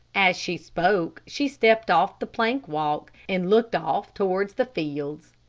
as she spoke she stepped off the plank walk, and looked off towards, the fields.